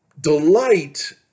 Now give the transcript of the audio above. Delight